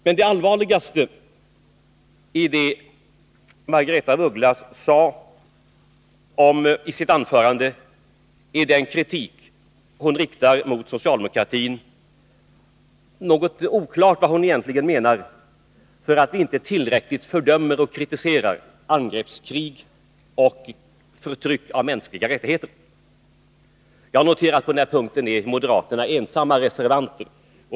Men det allvarligaste i Margaretha af Ugglas anförande var den kritik som hon riktade mot socialdemokratin för att den inte tillräckligt fördömer och kritiserar angreppskrig och förtryck av mänskliga rättigheter. Jag noterar att på den punkten är moderaterna ensamma reservanter.